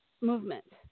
movement